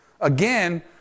again